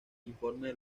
informe